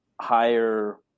higher